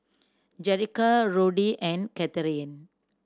Jerrica Roddy and Kathryne